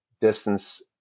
distance